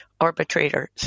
arbitrators